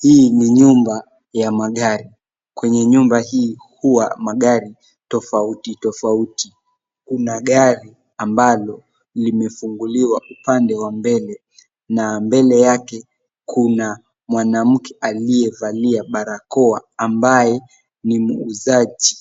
Hii ni nyumba ya magari. Kwenye nyumba hii huwa magari tofauti tofauti. Kuna gari ambalo limefunguliwa upande wa mbele na mbele yake kuna mwanamke aliyevalia barakoa ambaye ni muuzaji